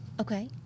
Okay